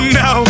no